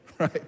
right